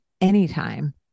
anytime